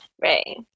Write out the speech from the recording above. Right